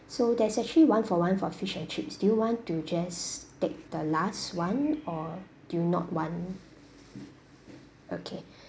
so there's actually one for one for fish and chips do you want to just take the last one or do you not want okay